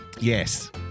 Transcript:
yes